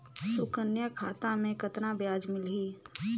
सुकन्या खाता मे कतना ब्याज मिलही?